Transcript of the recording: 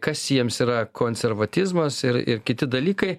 kas jiems yra konservatizmas ir ir kiti dalykai